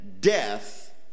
death